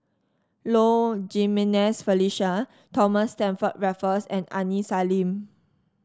Low Jimenez Felicia Thomas Stamford Raffles and Aini Salim